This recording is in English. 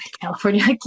California